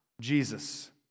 Jesus